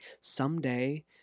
someday